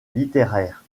littéraire